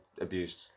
abused